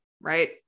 right